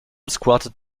squatted